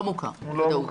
לא מוכר, בוודאות.